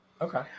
Okay